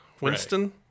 Winston